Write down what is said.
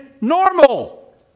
normal